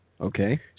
Okay